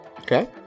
Okay